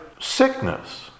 sickness